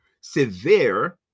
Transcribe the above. Severe